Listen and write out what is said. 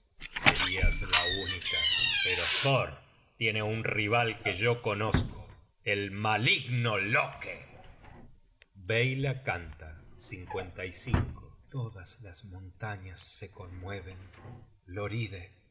serias la única pero thor tiene un rival que yo conozco el maligno loke beyla canta todas las montañas se conmueven hloride